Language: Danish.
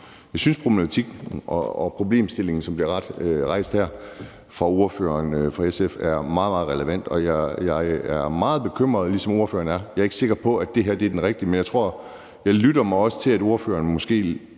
Jeg synes, problematikken og problemstillingen, som bliver rejst her fra ordføreren fra SF, er meget, meget relevant, og jeg er meget bekymret, ligesom ordføreren er. Jeg er ikke sikker på, at det her er den rigtige måde. Men jeg lytter mig også til, at ordføreren måske